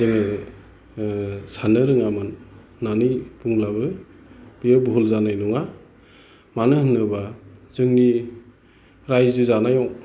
जोङो साननो रोङामोन होननानै बुंब्लाबो बेयो भुल जानाय नङा मानो होनोबा जोंनि रायजो जानायाव